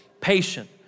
patient